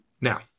Now